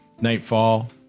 nightfall